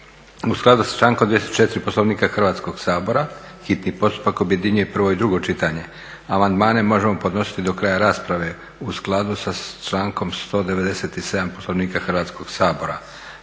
U skladu sa člankom 204. Poslovnika Hrvatskog sabora hitni postupak objedinjuje prvo i drugo čitanje. Amandmane možemo podnositi do kraja rasprave. U skladu sa člankom 197. Poslovnika Hrvatskog sabora